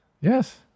yes